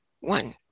one